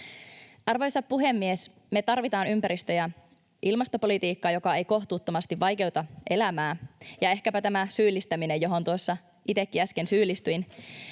Arvoisa puhemies! Me tarvitaan ympäristö- ja ilmastopolitiikkaa, joka ei kohtuuttomasti vaikeuta elämää. Ja ehkäpä tämän syyllistämisen sijaan, johon tuossa itsekin äsken syyllistyin,